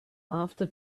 after